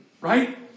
Right